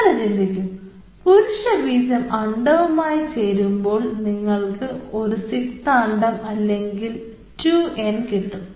ഇങ്ങനെ ചിന്തിക്കൂ പുരുഷ ബീജം അണ്ഡവുമായി ചേരുമ്പോൾ നിങ്ങൾക്ക് ഒരു സിക്താണ്ഡം അല്ലെങ്കിൽ 2n കിട്ടും